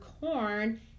corn